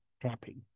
trapping